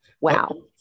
Wow